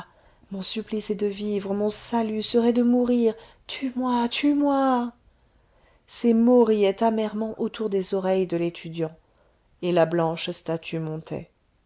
mon supplice est de vivre mon salut serait de mourir tue-moi tue-moi ces mots riaient amèrement autour des oreilles de l'étudiant et la blanche statue montait